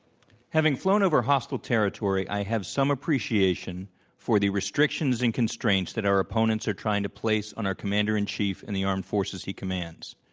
having flown after hostile territory, i have some appreciation for the restrictions and constraints that our opponents are trying to place on our commander in chief and the armed forces he commands.